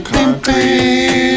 Concrete